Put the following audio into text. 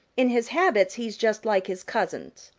in his habits he's just like his cousins,